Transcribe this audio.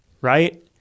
right